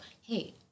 hey